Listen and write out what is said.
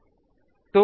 तो Im क्या है